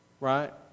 Right